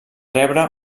rebre